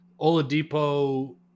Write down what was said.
Oladipo